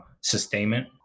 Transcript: sustainment